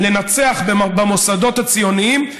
לנצח במוסדות הציוניים,